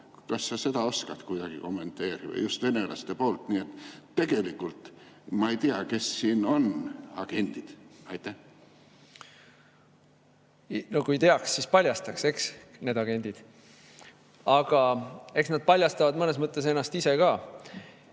Kas sa seda oskad kuidagi kommenteerida? Nii et tegelikult ma ei tea, kes siin on agendid. No kui teaks, siis paljastaks need agendid. Aga eks nad paljastavad mõnes mõttes ennast ise ka.